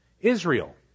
Israel